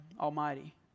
Almighty